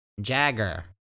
Jagger